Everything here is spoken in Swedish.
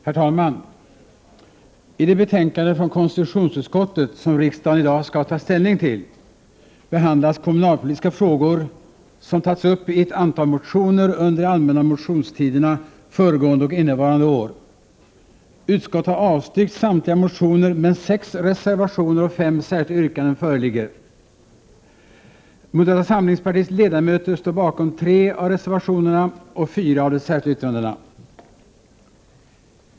Herr talman! I det betänkande från konstitutionsutskottet som riksdagen i dag skall ta ställning till behandlas kommunalpolitiska frågor som tagits upp i ett antal motioner under de allmänna motionstiderna föregående och innevarande år. Utskottet har avstyrkt samtliga motioner, men sex reservationer och fem särskilda yttranden föreligger. Moderata samlingspartiets ledamöter står bakom tre av reservationerna och fyra av de särskilda yttrandena.